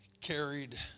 carried